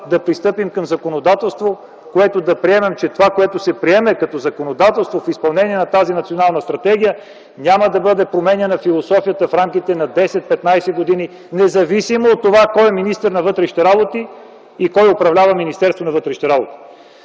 да пристъпим към законодателство, в което да приемем че това, което се приеме като законодателство в изпълнение на тази национална стратегия, няма да бъде променяна философията в рамките на 10-15 години, независимо от това кой е министър на вътрешните работи и кой управлява Министерството на вътрешните работи.